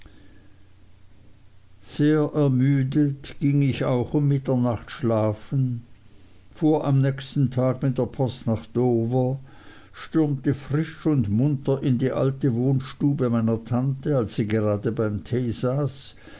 sehr ermüdet ging ich auch um mitternacht schlafen fuhr am nächsten tag mit der post nach dover stürmte frisch und munter in die alte wohnstube meiner tante als sie gerade beim